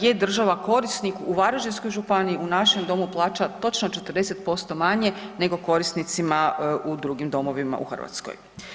Je država korisnik u Varaždinskoj županiji, u našem domu plaća točno 40% manje nego korisnicima u drugim domovima u Hrvatskoj.